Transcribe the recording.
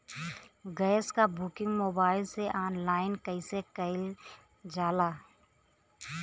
Gas क booking mobile से online कईसे कईल जाला?